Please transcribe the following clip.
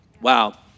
Wow